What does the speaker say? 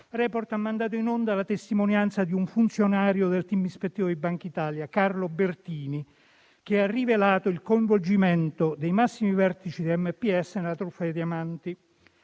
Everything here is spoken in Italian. «Report» ha mandato in onda la testimonianza di un funzionario del *team* di ispettori di Banca d'Italia, Carlo Bertini, che ha rivelato il coinvolgimento dei massimi vertici di MPS nella truffa dei diamanti.